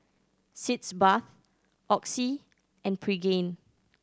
Sitz Bath Oxy and Pregain